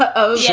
ah oh, yeah